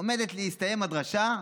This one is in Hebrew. עומדת להסתיים הדרשה,